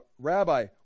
rabbi